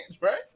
right